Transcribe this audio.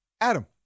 Adam